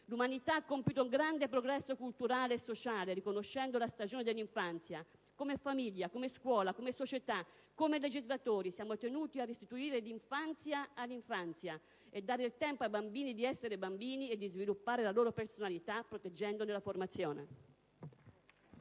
L'umanità ha compiuto un grande progresso culturale e sociale riconoscendo la stagione dell'infanzia. Come famiglia, come scuola, come società, come legislatori siamo tenuti a restituire l'infanzia all'infanzia, a dare il tempo ai bambini di essere bambini e di sviluppare la loro personalità, proteggendone la formazione.